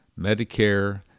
medicare